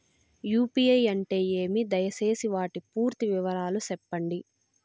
UPI అంటే ఏమి? దయసేసి వాటి పూర్తి వివరాలు సెప్పండి?